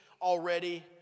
already